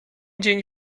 dzień